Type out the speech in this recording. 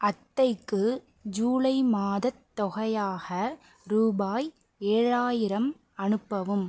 அத்தைக்கு ஜூலை மாதத் தொகையாஹ ரூபாய் ஏழாயிரம் அனுப்பவும்